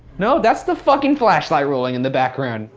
no, that's the fucking flashlight rolling in the background.